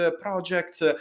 projects